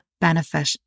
benefit